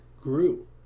grew